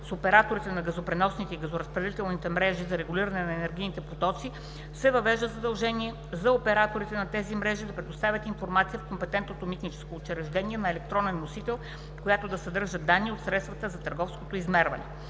с операторите на газопреносните и газоразпределителните мрежи за регулиране на енергийните потоци, се въвежда задължение за операторите на тези мрежи да предоставят информация в компетентното митническо учреждение на електронен носител, която да съдържа данните от средствата за търговско измерване.